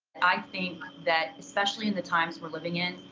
i think that, especially in the times we're living in,